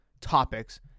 topics